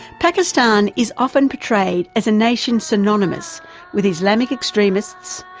pakistan is often portrayed as a nation synonymous with islamic extremists,